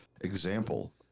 example